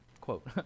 quote